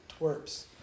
twerps